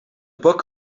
book